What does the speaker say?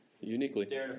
Uniquely